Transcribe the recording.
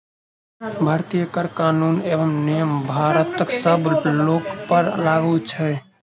भारतीय कर कानून एवं नियम भारतक सब लोकपर लागू छै